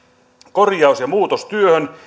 korjaus ja muutostyöhön